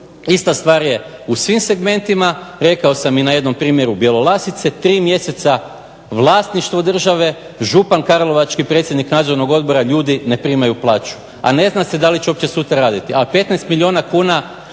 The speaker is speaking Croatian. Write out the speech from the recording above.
Ista stvar je u svim segmentima, rekao sam jedan primjer Bjelolasice, 3 mjeseca vlasništvo države, župan Karlovački, predsjednik nadzornog odbora, ljudi ne primaju plaću. A ne zna se da li će sutra uopće raditi, a 15 milijuna kuna